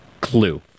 clue